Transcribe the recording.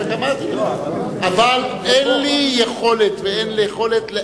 אין לי יכולת,